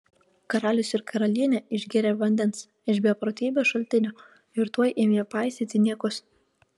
karalius ir karalienė išgėrė vandens iš beprotybės šaltinio ir tuoj ėmė paistyti niekus